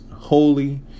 holy